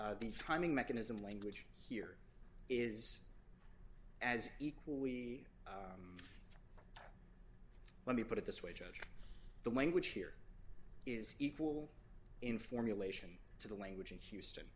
the timing mechanism language here is as equally let me put it this way judge the language here is equal in formulation to the language in houston